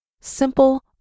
Simple